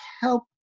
help